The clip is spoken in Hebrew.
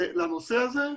לנושא הזה.